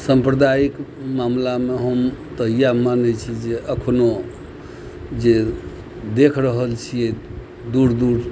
सम्प्रदायिक मामलामे हम तऽ इएह मानय छी जे एखनो जे देख रहल छियै दूर दूर